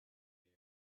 bear